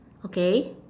okay